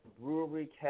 Brewery